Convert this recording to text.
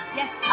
yes